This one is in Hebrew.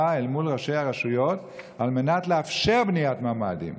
אל מול ראשי הרשויות על מנת לאפשר בניית ממ"דים?